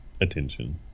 attention